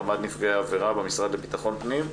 רמ"ד נפגעי עבירה במשרד לבטחון פנים,